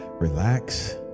relax